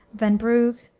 van brugh,